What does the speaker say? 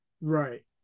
right